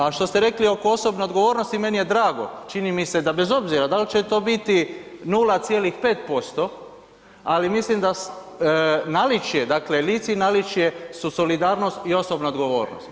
A što ste rekli oko osobne odgovornosti meni je drago, čini mi se da bez obzira dal će to biti 0,5%, ali mislim da naličje, dakle lice i naličje su solidarnost i osobna odgovornost.